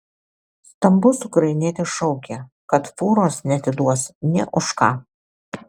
stambus ukrainietis šaukė kad fūros neatiduos nė už ką